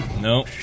No